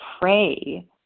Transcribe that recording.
pray